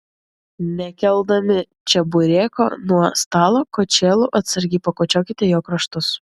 nekeldami čebureko nuo stalo kočėlu atsargiai pakočiokite jo kraštus